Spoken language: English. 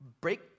break